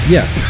Yes